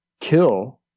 kill